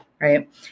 right